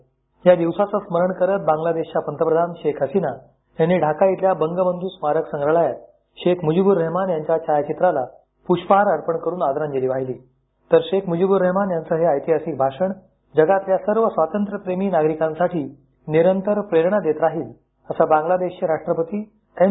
या दिवसाचं स्मरण करत बांगलादेशच्या पंतप्रधान शेख हसीना यांनी ढाका इथल्या बंग बंधु स्मारक संग्रहालयात शेख मुजीबुर्रहमान यांच्या छायाचित्राला पुष्पहार अर्पण करून आदरांजली वाहिली तर शेख मुजीबुर्रहमान यांचं हे ऐतिहासिक भाषण जगातल्या सर्व स्वातंत्र्यप्रेमी नागरिकांसाठी निरंतर प्रेरणा देत राहील असं बांगलादेशचे राष्ट्रपती एम